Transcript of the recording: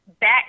back